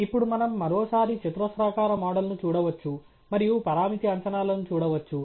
ఇప్పుడు మనం మరోసారి చతురస్రాకార మోడల్ ను చూడవచ్చు మరియు పరామితి అంచనాలను చూడవచ్చు